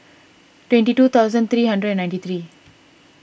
twenty two thousand three hundred and ninety three